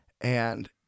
and-